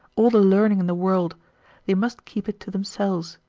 all the learning in the world they must keep it to themselves,